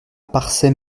parçay